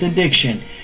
addiction